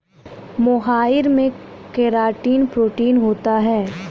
मोहाइर में keratin protein होता है